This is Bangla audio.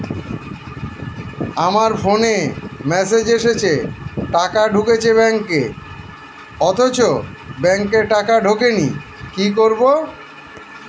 আমার ফোনে মেসেজ এসেছে টাকা ঢুকেছে ব্যাঙ্কে অথচ ব্যাংকে টাকা ঢোকেনি কি করবো?